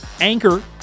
Anchor